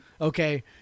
Okay